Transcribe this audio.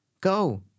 go